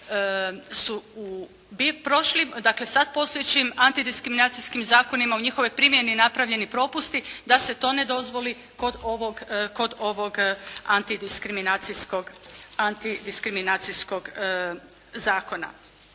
su u prošlim, dakle, sada postojećim antidiskriminacijskim zakonima u njihovoj primjeni napravljeni propusti da se to ne dozvoli kod ovog antidiskriminacijskog zakona.